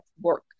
work